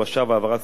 העברת כספים,